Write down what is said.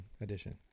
edition